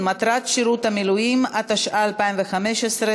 התשע"ז 2016,